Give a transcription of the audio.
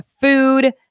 food